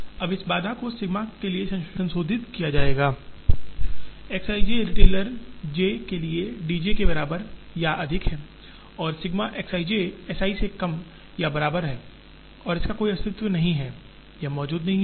अब इस बाधा को sigma के लिए संशोधित किया जाएगा X i j retailer j के लिए D j के बराबर या अधिक है और sigma X i j S i से कम या बराबर है और इसका कोई अस्तित्व नहीं है यह मौजूद नहीं है